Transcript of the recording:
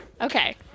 Okay